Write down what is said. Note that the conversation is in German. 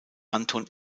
anton